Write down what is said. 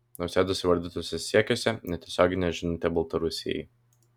nausėdos įvardytuose siekiuose netiesioginė žinutė baltarusijai